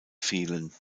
fehlen